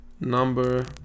Number